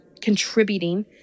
contributing